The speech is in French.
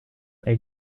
est